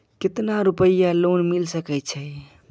केतना रूपया लोन मिल सके छै?